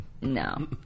No